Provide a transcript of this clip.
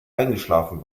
eingeschlafen